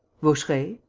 vaucheray,